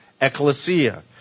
ecclesia